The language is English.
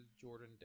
Jordan